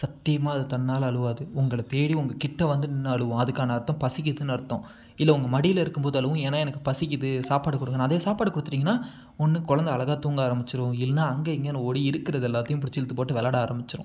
சத்தியமாக அது தன்னால் அழுகாது உங்களை தேடி உங்கள் கிட்ட வந்து நின்று அழுவும் அதுக்கான அர்த்தம் பசிக்கிதுன்னு அர்த்தம் இல்லை உங்கள் மடியில் இருக்கும் போது அழுகும் ஏன்னால் எனக்கு பசிக்குது சாப்பாடு கொடுங்கன்னு அதே சாப்பாடு கொடுத்துட்டீங்கன்னா ஒன்று குழந்த அழகாக தூங்க ஆரம்பிச்சிடும் இல்லைன்னா அங்கே இங்கேன்னு ஓடி இருக்கிறதெல்லாத்தையும் பிடிச்சி இழுத்து போட்டு விளாட ஆரம்பிச்சிடும்